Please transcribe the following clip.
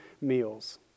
meals